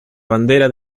bandera